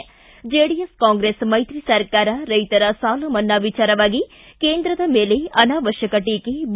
ಿ JDS Congress ಮೈತ್ರಿ ಸರ್ಕಾರ ರೈತರ ಸಾಲ ಮನ್ನಾ ವಿಚಾರವಾಗಿ ಕೇಂದ್ರದ ಮೇಲೆ ಅನಾವಶ್ಚಕ ಟೀಕೆ ಬಿ